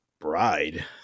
bride